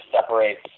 separates